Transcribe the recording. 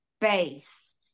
base